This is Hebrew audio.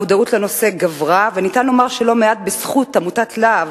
המודעות לנושא גברה וניתן לומר שלא מעט בזכות עמותת לה"ב,